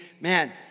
Man